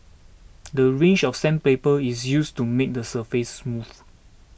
the range of sandpaper is used to make the surface smooth